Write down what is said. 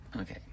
Okay